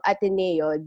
Ateneo